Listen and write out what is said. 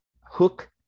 hook